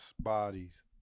bodies